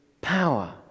power